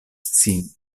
sin